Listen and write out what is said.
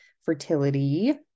fertility